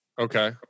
Okay